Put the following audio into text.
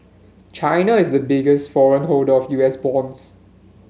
China is a biggest foreign holder of U S bonds